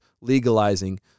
legalizing